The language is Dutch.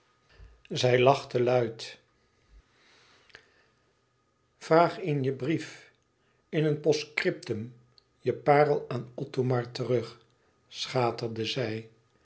zij lachte luid vraag in je brief in een postscriptum je parel aan othomar terug schaterde zij